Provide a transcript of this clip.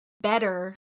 better